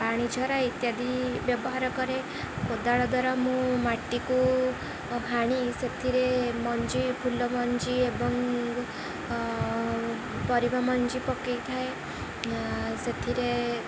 ପାଣିଝରା ଇତ୍ୟାଦି ବ୍ୟବହାର କରେ କୋଦାଳ ଦ୍ୱାରା ମୁଁ ମାଟିକୁ ହାଣି ସେଥିରେ ମଞ୍ଜି ଫୁଲ ମଞ୍ଜି ଏବଂ ପରିବା ମଞ୍ଜି ପକେଇଥାଏ ସେଥିରେ